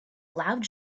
loud